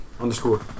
underscore